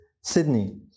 Sydney